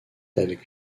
avec